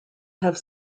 have